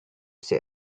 say